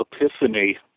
epiphany